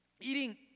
eating